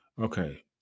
Okay